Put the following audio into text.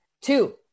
Two